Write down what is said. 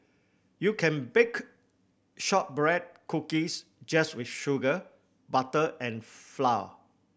you can bake shortbread cookies just with sugar butter and flour